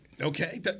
Okay